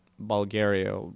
Bulgaria